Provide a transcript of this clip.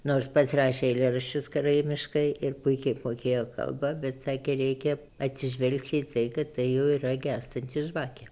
nors pats rašė eilėraščius karaimiškai ir puikiai mokėjo kalbą bet sakė reikia atsižvelgti į tai kad tai jau yra gęstanti žvakė